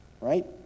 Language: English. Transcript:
Right